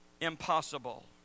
impossible